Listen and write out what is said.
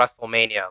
Wrestlemania